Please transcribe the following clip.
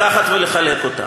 לקחת ולחלק אותה.